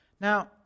Now